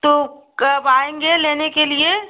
तो कब आएँगे लेने के लिए